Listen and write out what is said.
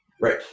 right